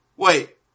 Wait